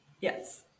Yes